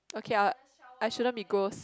okay I'll I shouldn't be gross